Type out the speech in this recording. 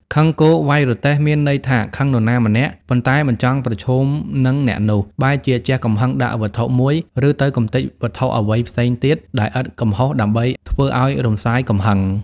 ខឹងគោ វ៉ៃរទេះ មានន័យថាខឹងនរណាម្នាក់ ប៉ុន្តែមិនចង់ប្រឈមនឹងអ្នកនោះ បែរជាជះកំហឹងដាក់វត្ថុមួយ ឬទៅកម្ទេចវត្ថុអ្វីផ្សេងទៀតដែលឥតកំហុសដើម្បីធ្វើឱ្យរសាយកំហឹង ។